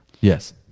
Yes